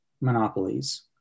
monopolies